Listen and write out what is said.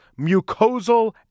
mucosal